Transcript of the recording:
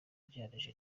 ugereranije